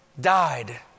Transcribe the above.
Died